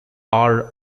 are